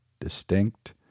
Distinct